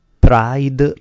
pride